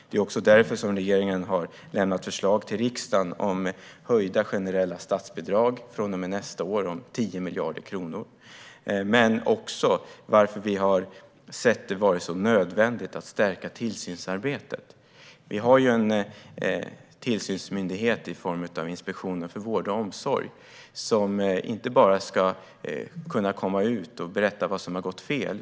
Det är också därför regeringen har lämnat förslag till riksdagen om höjda generella statsbidrag om 10 miljarder kronor från och med nästa år. Vi har också sett det som nödvändigt att stärka tillsynsarbetet. Vi har tillsynsmyndigheten Inspektionen för vård och omsorg, som inte bara ska kunna komma ut och berätta vad som har gått fel.